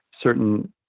Certain